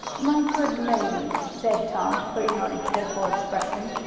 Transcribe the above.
my good lady, said tom, putting on a pitiful expression,